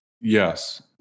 Yes